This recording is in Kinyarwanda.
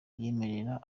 yemerera